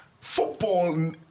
football